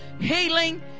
Healing